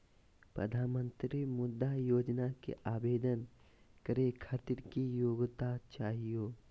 प्रधानमंत्री मुद्रा योजना के आवेदन करै खातिर की योग्यता चाहियो?